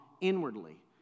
inwardly